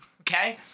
okay